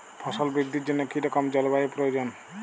ফসল বৃদ্ধির জন্য কী রকম জলবায়ু প্রয়োজন?